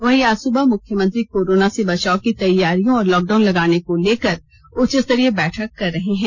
वहीं आज सुबह मुख्यमंत्री कोरोना से बचाव की तैयारियों और लॉकडाउन लगाने को लेकर उच्च स्तरीय बैठक कर रहे हैं